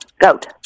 Goat